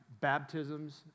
baptisms